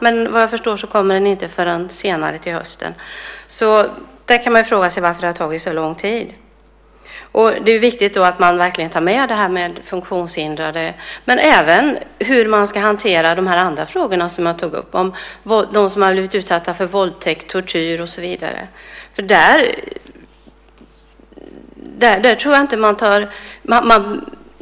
Men vad jag förstår kommer den inte förrän senare, till hösten. Där kan man fråga sig varför det har tagit så lång tid. Det är viktigt att man verkligen tar med de funktionshindrade, men även hur man ska hantera de andra fall som tagits upp, de som blivit utsatta för våldtäkt, tortyr och så vidare.